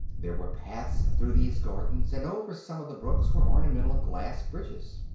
there were paths through these gardens, and over some of the brooks were ornamental glass bridges.